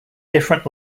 different